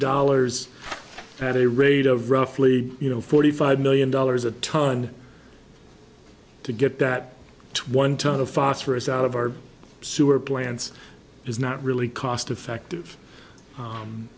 dollars at a rate of roughly you know forty five million dollars a tonne to get that one ton of phosphorus out of our sewer plants is not really cost effective